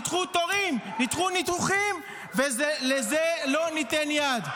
נדחו תורים, נדחו ניתוחים, ולזה לא ניתן יד.